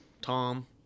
Tom